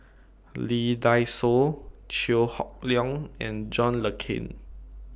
Lee Dai Soh Chew Hock Leong and John Le Cain